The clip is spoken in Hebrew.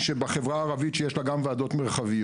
שבחברה הערבית שיש לה גם ועדות מרחביות,